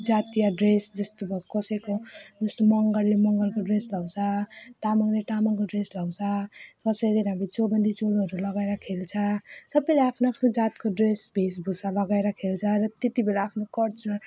जातीय ड्रेस जस्तो कसैको जस्तो मगरले मगरको ड्रेस लगाउँछ तामाङले तामाङको ड्रेस लगाउँछ कसैले अब चौबन्दी चोलोहरू लगाएर खेल्छ सबैले आफ्नो आफ्नो जातको ड्रेस वेशभूषा लगाएर खेल्छ र त्यति बेला आफ्नो कल्चरल